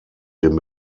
den